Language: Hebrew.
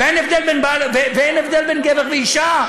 ואין הבדל בין גבר ואישה,